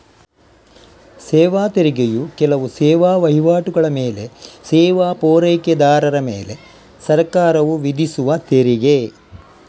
ಸೇವಾ ತೆರಿಗೆಯು ಕೆಲವು ಸೇವಾ ವೈವಾಟುಗಳ ಮೇಲೆ ಸೇವಾ ಪೂರೈಕೆದಾರರ ಮೇಲೆ ಸರ್ಕಾರವು ವಿಧಿಸುವ ತೆರಿಗೆ